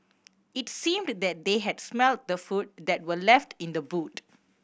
it seemed that they had smelt the food that were left in the boot